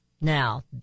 Now